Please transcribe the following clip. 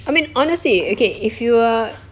I mean honestly okay if you are